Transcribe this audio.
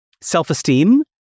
self-esteem